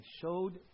showed